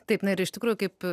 taip na ir iš tikrųjų kaip